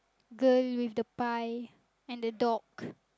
girl with the pie and the dog